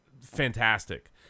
fantastic